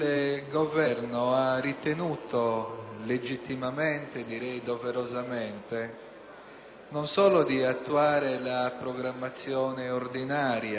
non solo di attuare la programmazione ordinaria per le spese necessarie alla realizzazione di questo evento mondiale,